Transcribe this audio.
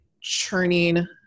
churning